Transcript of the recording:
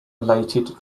related